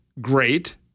great